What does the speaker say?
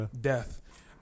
Death